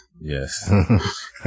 Yes